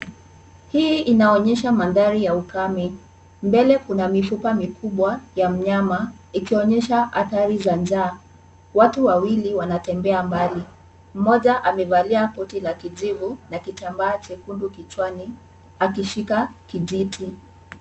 Hii inaonyesha mandhari ya ukame. Mbele kuna mifupa mikubwa ya mnyama, ikionyesha athari za njaa. Watu wawili wanatembea mbali. Mmoja amevalia koti la kijivu na kitambaa chekundu kichwani akishika kijiti.